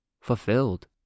fulfilled